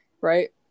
right